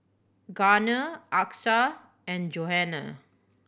Garner Achsah and Johanna